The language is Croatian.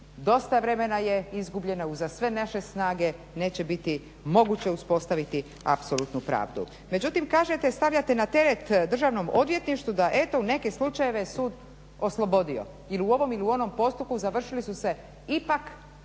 dosta vremena je izgubljeno uza sve naše snage neće biti moguće uspostaviti apsolutnu pravdu. Međutim kažete da stavljate na teret Državno odvjetništvu da je eto u neke slučajeve je sud oslobodio ili u ovom ili u onom postupku završili su se ipak